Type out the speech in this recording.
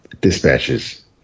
dispatches